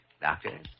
Doctor